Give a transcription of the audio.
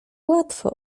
łatwo